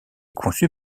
conçu